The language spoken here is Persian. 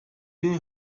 دونی